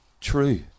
true